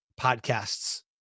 podcasts